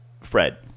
Fred